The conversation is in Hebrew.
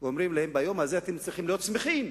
ואומרים להם: ביום הזה אתם צריכים להיות שמחים.